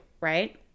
right